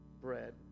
bread